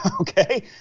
okay